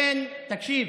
תקשיב,